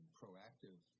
proactive